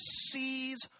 sees